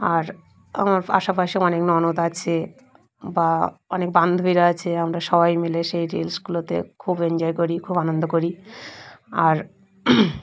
আর আমার আশে পাশে অনেক ননদ আছে বা অনেক বান্ধবীরা আছে আমরা সবাই মিলে সেই রিলসগুলোতে খুব এনজয় করি খুব আনন্দ করি আর